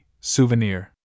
Souvenir